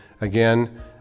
again